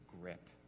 grip